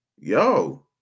Yo